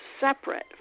separate